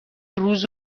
روز